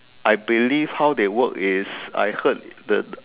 I believe how they work is I heard the